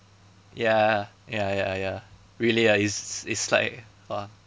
ya ya ya ya really ah it's it's like !wah!